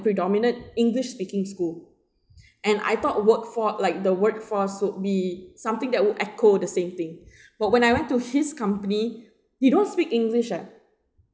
predominate english speaking school and I thought work for like the workforce would be something that would echo the same thing but when I went to his company they don't speak english eh